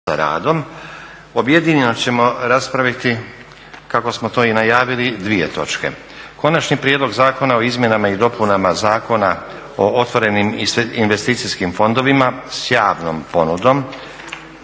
Objedinjeno ćemo raspraviti kako smo to i najavili dvije točke. - Konačni prijedlog zakona o izmjenama i dopunama Zakona o otvorenim investicijskim fondovima s javnom ponudom,